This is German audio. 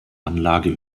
anlage